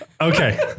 Okay